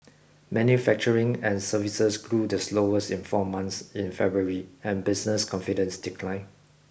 manufacturing and services grew the slowest in four months in February and business confidence declined